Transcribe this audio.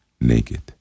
naked